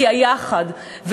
כי היחד,